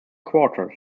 quarters